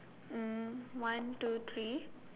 um one two three